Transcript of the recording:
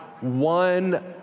one